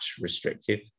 restrictive